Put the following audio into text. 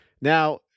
Now